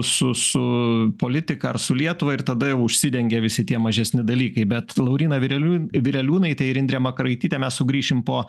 su su politika ar su lietuva ir tada jau užsidengia visi tie mažesni dalykai bet lauryna vireliūnaitė vireliūnaitė ir indrė makaraitytė mes sugrįšim po